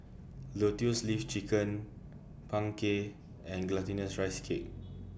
Lotus Leaf Chicken Png Kueh and Glutinous Rice Cake